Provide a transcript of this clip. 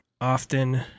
often